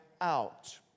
out